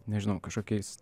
nežinau kažkokiais